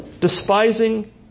despising